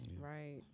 Right